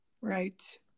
Right